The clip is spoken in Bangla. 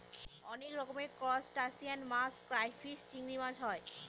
অনেক রকমের ত্রুসটাসিয়ান মাছ ক্রাইফিষ, চিংড়ি চাষ হয়